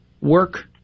work